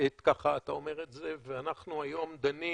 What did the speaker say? אתה אומר את זה, ואנחנו היום דנים